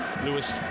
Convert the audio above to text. Lewis